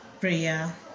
prayer